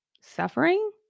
Suffering